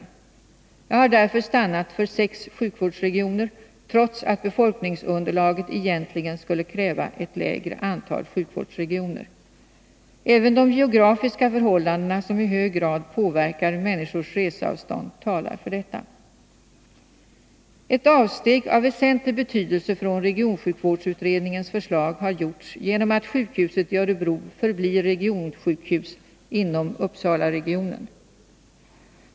Därför har jag stannat för sex sjukvårdsregioner, trots att befolkningsunderlaget egentligen skulle kräva ett lägre antal sjukvårdsregioner. Även de geografiska förhållandena, som i hög grad påverkar människors reseavstånd, talar för detta. Ett avsteg av väsentlig betydelse från regionsjukvårdsutredningens förslag har gjorts genom att sjukhuset i Örebro förblir regionsjukhus inom Uppsalaregionen.